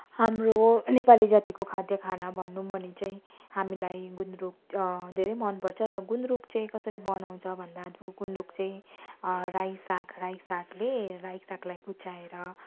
हाम्रो नेपाली जातिक खाद्य खाना भनौँ भने चाहिँ हामीलाई गुन्द्रुक धेरै मनपर्छ र गुन्द्रुक चाहिँ कसरी बनाउँछ भन्दा ढ गुन्द्रुक चाहिँ रायो साग रायो सागले रायो सागलाई कुच्चाएर